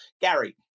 Gary